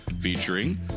featuring